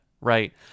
right